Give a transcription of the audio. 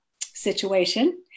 situation